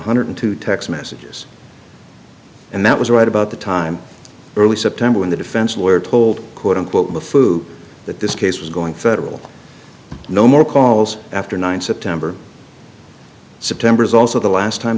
hundred two text messages and that was right about the time early september when the defense lawyer told quote unquote the food that this case was going federal no more calls after nine september september is also the last time